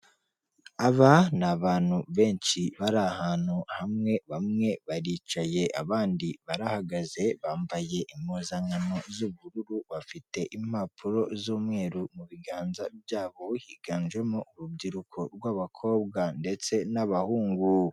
Aba ni abantu benshi bari ahantu hamwe, bamwe baricaye abandi barahagaze bambaye impuzankano z'ubururu bafite impapuro z'umweru mu biganza byabo, higanjemo urubyiruko rw'abakobwa ndetse n'abahungu.